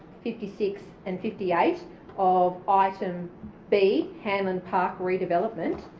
fifty six and fifty eight of item b, hanlon park redevelopment,